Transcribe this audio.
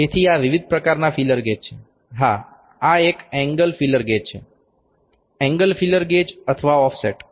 તેથી આ વિવિધ પ્રકારના ફીલર ગેજ છે હા આ એક એંગલ ફીલર ગેજ છે એંગલ ફીલર ગેજ અથવા ઓફસેટ